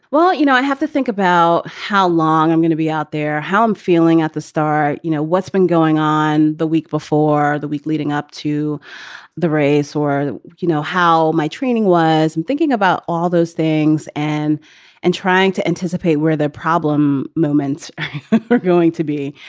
well, you know, i have to think about how long i'm going to be out there, how i'm feeling at the start. you know, what's been going on. the week before the week leading up to the race or you know, how my training was. i'm thinking about all those things and and trying to anticipate where the problem moments were going to be.